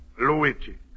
Luigi